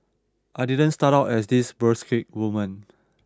I didn't start out as this burlesque woman